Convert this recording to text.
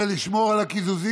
חבר'ה, לשמור על הקיזוזים.